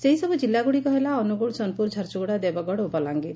ସେହିସବୁ ଜିଲ୍ଲାଗୁଡ଼ିକ ହେଲା ଅନୁଗୁଳ ସୋନପୁର ଝାରସୁଗୁଡ଼ା ଦେବଗଡ଼ ଓ ବଲାଙ୍ଗୀର